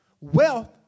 Wealth